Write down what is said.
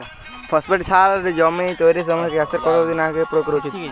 Phosphate সার জমি তৈরির সময় চাষের কত দিন আগে প্রয়োগ করা উচিৎ?